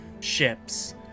ships